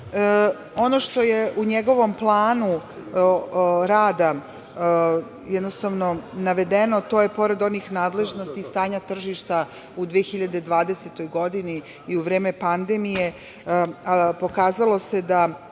što je u njegovom planu rada navedeno, pored onih nadležnosti i stanja tržišta u 2020. godini i u vreme pandemije, pokazalo se da,